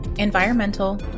environmental